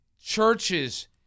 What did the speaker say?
churches